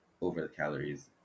over-the-calories